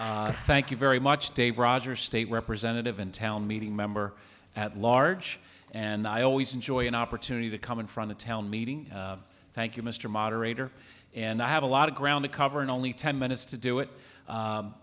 you thank you very much dave rogers state representative and town meeting member at large and i always enjoy an opportunity to come in from the town meeting thank you mr moderator and i have a lot of ground to cover and only ten minutes to do it